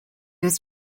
was